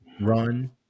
run